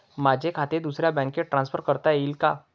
माझे खाते दुसऱ्या बँकेत ट्रान्सफर करता येईल का?